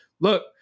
look